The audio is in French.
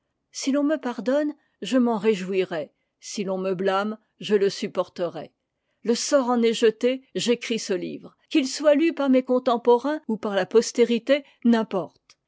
si l'on me pardonne je m'en ré jouirai si l'on me biâme je le supporterai le sort en est jeté j'écris ce ivre qu'il soit lu par mes contemporains ou par la postérité n'importe